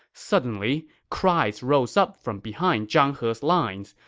suddenly, cries rose up from behind zhang he's lines.